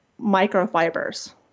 microfibers